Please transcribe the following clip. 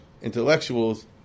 intellectuals